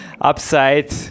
upside